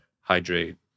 hydrate